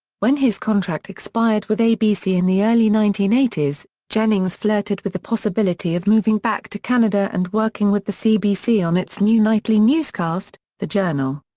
when his contract expired with abc in the early nineteen eighty s, jennings flirted with the possibility of moving back to canada and working with the cbc on its new nightly newscast, the journal.